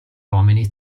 uomini